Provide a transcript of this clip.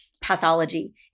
pathology